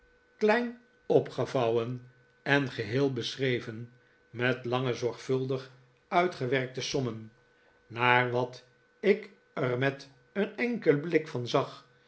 klein opgevouwen en geheel beschreven met lange zorgvuldig uitgewerkte sommen naar wat ik er met een enkelen blik van zag